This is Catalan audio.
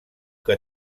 que